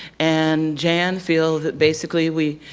and jan, feel that basically we,